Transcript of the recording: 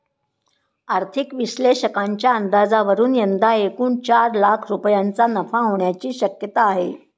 आर्थिक विश्लेषकांच्या अंदाजावरून यंदा एकूण चार लाख रुपयांचा नफा होण्याची शक्यता आहे